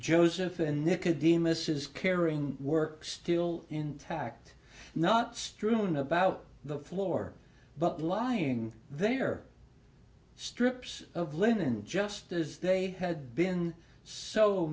joseph and nicotine mrs carrington work still intact not strewn about the floor but lying there strips of linen just as they had been so